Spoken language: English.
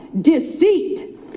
deceit